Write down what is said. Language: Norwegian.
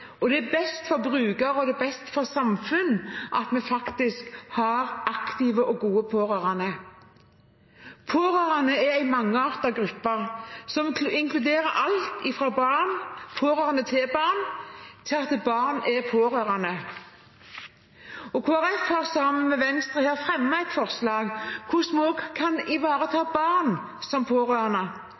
Det er best for brukerne, og det er best for samfunnet at vi har aktive og gode pårørende. Pårørende er en mangeartet gruppe, som inkluderer alt fra barn, pårørende til barn og barn som er pårørende. Kristelig Folkeparti fremmer sammen med Venstre et forslag til hvordan barn som pårørende kan sikres selvstendige rettigheter og gode, helhetlige tjenester. Det å være liten og å være pårørende